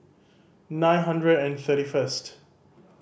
nine hundred and thirty first